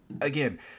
Again